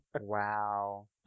Wow